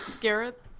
Garrett